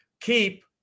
keep